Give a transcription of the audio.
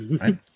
right